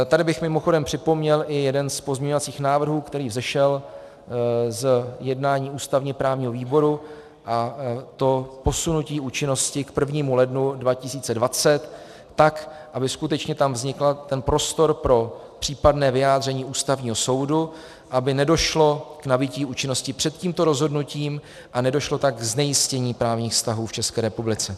Tady bych mimochodem připomněl i jeden z pozměňovacích návrhů, který vzešel z jednání ústavněprávního výboru, a to posunutí účinnosti k 1. lednu 2020, aby tam skutečně vznikl prostor pro případné vyjádření Ústavního soudu, aby nedošlo k nabytí účinnosti před tímto rozhodnutím a nedošlo tak ke znejistění právních vztahů v České republice.